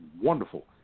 wonderful